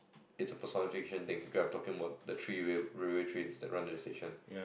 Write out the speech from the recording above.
it's a personification thing because I'm talking about the three railway trains that run at the stations